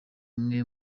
umwe